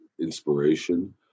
inspiration